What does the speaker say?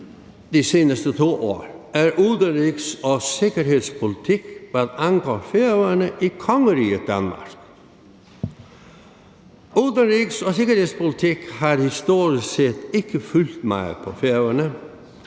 de seneste 2 år, er udenrigs- og sikkerhedspolitik, hvad angår Færøerne i kongeriget Danmark. Udenrigs- og sikkerhedspolitik har historisk set ikke fyldt meget på Færøerne.